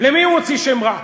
למי הוא מוציא שם רע?